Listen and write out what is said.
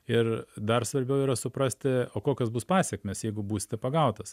ir dar svarbiau yra suprasti o kokios bus pasekmės jeigu būsite pagautas